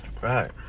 Right